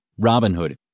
Robinhood